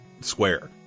Square